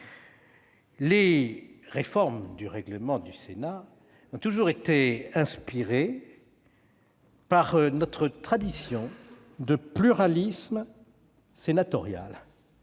Les réformes du règlement du Sénat ont toujours été inspirées par notre tradition de pluralisme sénatorial.